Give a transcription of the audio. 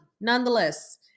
nonetheless